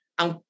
ang